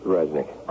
Resnick